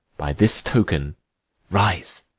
by this token rise,